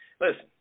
Listen